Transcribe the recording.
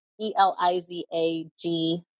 E-L-I-Z-A-G